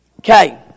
Okay